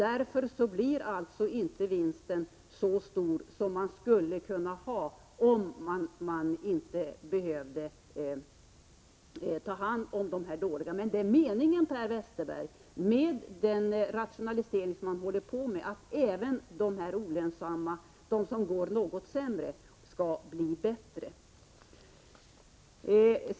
Därför blir alltså inte vinsten så stor som den skulle kunna om man inte behövde ta hand om de företag som det går dåligt för. Per Westerberg! Meningen med den rationalisering som man håller på med är ju att även de olönsamma företagen, och de som går något sämre, skall bli bättre.